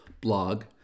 blog